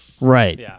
Right